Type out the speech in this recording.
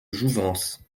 jouvence